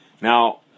now